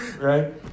right